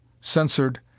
censored